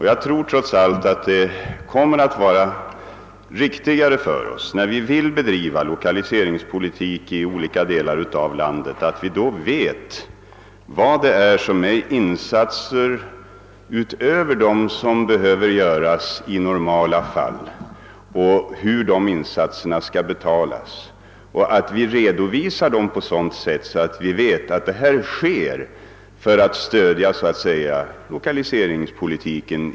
Jag tror trots allt att det kommer att vara av värde att vi, när vi skall bedriva lokaliseringspolitik i olika delar av landet, vet, vilka insatser som går utöver vad som behöver göras i normala fall och hur dessa insatser skall betalas. Vi bör också redovisa dem på ett sådant sätt att det framgår att det är fråga om ett stöd till lokaliseringspolitiken.